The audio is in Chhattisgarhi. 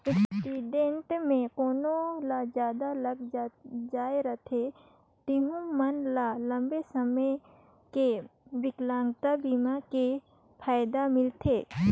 एक्सीडेंट मे कोनो ल जादा लग जाए रथे तेहू मन ल लंबा समे के बिकलांगता बीमा के फायदा मिलथे